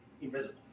invisible